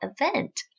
event